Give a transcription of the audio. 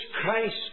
Christ